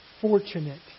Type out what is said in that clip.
fortunate